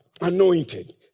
anointed